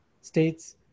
states